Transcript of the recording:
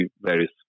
various